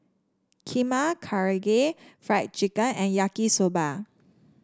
Kheema Karaage Fried Chicken and Yaki Soba